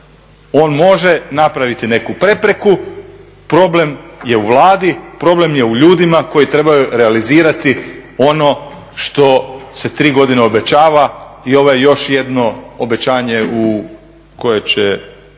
on može napraviti neku prepreku. Problem je u Vladi, problem je u ljudima koji trebaju realizirati ono što se tri godine obećava i ovo je još jedno obećanje koje će